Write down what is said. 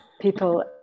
people